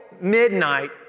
midnight